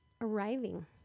arriving